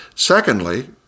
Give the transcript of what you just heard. Secondly